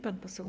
Pan poseł.